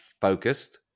focused